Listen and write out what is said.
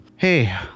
Hey